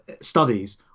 studies